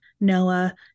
Noah